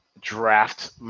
Draft